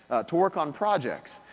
to work on projects.